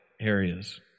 areas